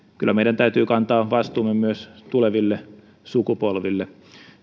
kyllä meidän täytyy kantaa vastuumme myös tuleville sukupolville